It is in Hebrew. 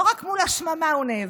לא רק מול השממה הוא נאבק,